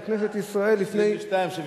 אנחנו כאן, בכנסת ישראל, באותם